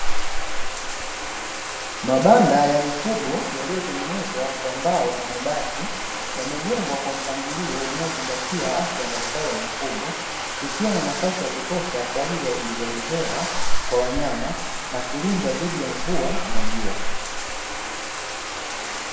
Mabanda ya mifugo yaliyotengenezwa kwa mbao na mabati, yamejengwa kwa mpangilio unaozingatia afya na ustawi wa mifugo, ikiwa na nafasi ya kutosha kwa ajili ya uingizaji hewa kwa wanyama na kulindwa dhidi ya mvua na jua.